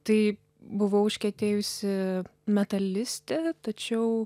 tai buvau užkietėjusi metalistė tačiau